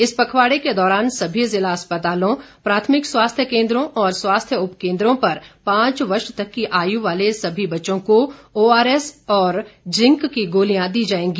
इस पखवाड़े के दौरान सभी जिला अस्पतालों प्राथमिक स्वास्थ्य केन्द्रों और स्वास्थ्य उपकेन्द्रों पर पांच वर्ष तक की आयु वाले सभी बच्चों को ओआरएस और जिंक की गोलियां दी जाएगी